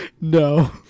No